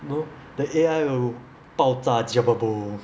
no the A_I will 爆炸